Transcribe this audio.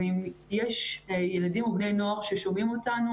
ואם יש ילדים או בני נוער ששומעים אותנו